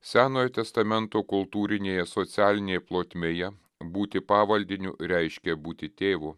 senojo testamento kultūrinėje socialinėj plotmėje būti pavaldiniu reiškė būti tėvu